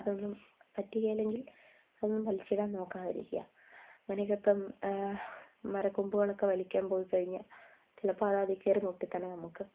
അതൊന്നും പറ്റുകേലെങ്കിൽ അതൊന്നും വലിച്ചിടാൻ നോക്കാതെ ഇരിക്കുക അങ്ങനെയൊക്കെ ഇപ്പം മരക്കൊമ്പുകളൊക്കെ വലിക്കാൻ പോയി കഴിഞ്ഞാൽ ചിലപ്പോൾ അത് അതിൽ കയറി മുട്ടി തന്നെ നമുക്ക്